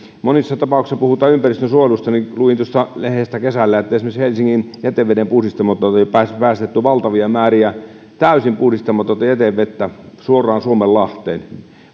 monissa tapauksissa puhutaan ympäristönsuojelusta että luin lehdestä kesällä että esimerkiksi helsingin jätevedenpuhdistamosta on päästetty valtavia määriä täysin puhdistamatonta jätevettä suoraan suomenlahteen